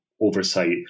oversight